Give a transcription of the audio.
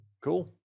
Cool